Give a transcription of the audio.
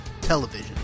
television